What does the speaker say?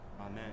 Amen